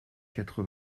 quatre